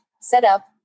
Setup